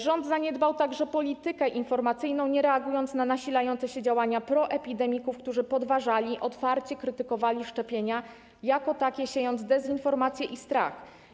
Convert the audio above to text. Rząd zaniedbał także politykę informacyjną, nie reagując na nasilające się działania proepidemików, którzy podważali, otwarcie krytykowali szczepienia jako takie, siejąc dezinformację i strach.